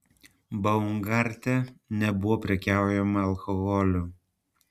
baumgarte nebuvo prekiaujama alkoholiu